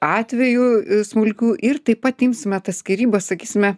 atvejų smulkių ir taip pat imsime tas skyrybas sakysime